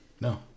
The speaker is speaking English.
No